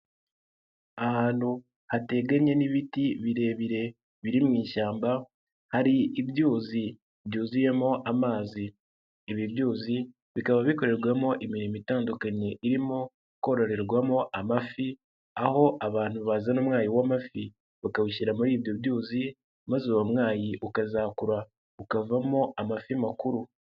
Ahantu hateganye n'ibiti birebire biri mu ishyamba, hari ibyuzi byuzuyemo amazi, ibi byuzi bikaba bikorerwamo imirimo itandukanye, irimo kororerwamo amafi, aho abantu bazana umwayi w'amafi bakawushyira muri ibyo byuzuye maze uwo mwayi ukazakura, ukavamo amafi makuru.